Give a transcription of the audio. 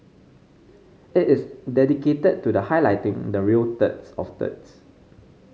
it is dedicated to the highlighting the real turds of turds